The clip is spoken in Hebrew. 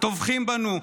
טובחים בנו,